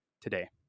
today